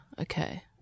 okay